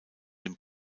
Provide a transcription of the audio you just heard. den